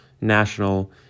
national